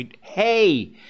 Hey